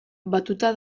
batuta